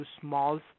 small